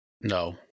no